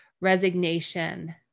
resignation